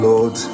Lord